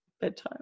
bedtime